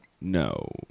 No